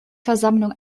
versammlung